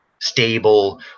stable